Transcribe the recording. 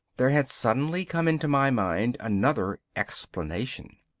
there had suddenly come into my mind another explanation.